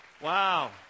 Wow